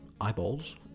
eyeballs